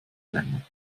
länger